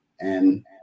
and-